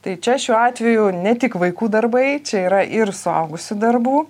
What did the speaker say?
tai čia šiuo atveju ne tik vaikų darbai čia yra ir suaugusių darbų